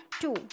two